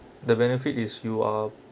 the benefit is you are